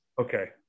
Okay